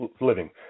living